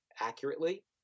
accurately